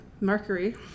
Mercury